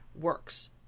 works